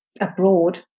abroad